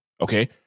okay